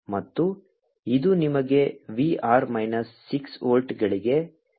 ಮತ್ತು ಇದು ನಿಮಗೆ V r ಮೈನಸ್ 6 ವೋಲ್ಟ್ಗಳಿಗೆ ಸಮನಾಗಿರುತ್ತದೆ